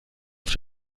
auf